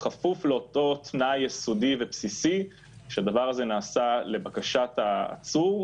בכפוף לאותו תנאי יסודי ובסיסי שהדבר הזה נעשה לבקשת העצור,